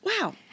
Wow